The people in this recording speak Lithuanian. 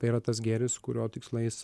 tai yra tas gėris kurio tikslais